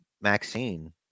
Maxine